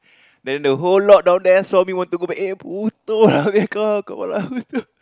then the whole lot down there saw me want to go back in butoh lah kau kepala butoh